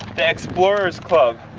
the explorers club.